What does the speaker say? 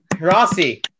Rossi